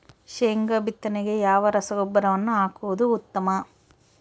ಶೇಂಗಾ ಬಿತ್ತನೆಗೆ ಯಾವ ರಸಗೊಬ್ಬರವನ್ನು ಹಾಕುವುದು ಉತ್ತಮ?